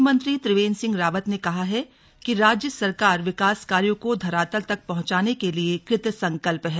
मुख्यमंत्री त्रिवेंद्र सिंह रावत ने कहा है कि राज्य सरकार विकास कार्यो को धरातल तक पहुंचाने के लिए कृत संकल्प है